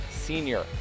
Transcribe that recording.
senior